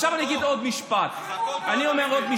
אז הכול טוב, אני מבין?